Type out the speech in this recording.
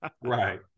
Right